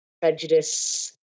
Prejudice